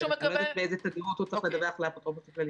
יודעת באיזו תדירות הוא צריך לדווח לאפוטרופוס הכללי.